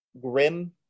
grim